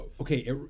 Okay